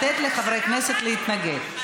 לתת לחברי הכנסת להתנגד.